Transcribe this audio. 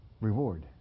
reward